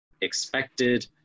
expected